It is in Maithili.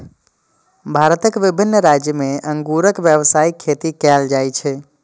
भारतक विभिन्न राज्य मे अंगूरक व्यावसायिक खेती कैल जाइ छै